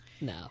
No